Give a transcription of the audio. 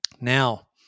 now